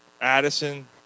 Addison